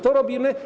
To robimy.